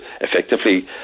effectively